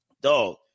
dog